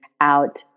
out